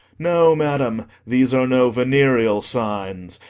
no, madam, these are no venereal signs.